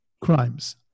crimes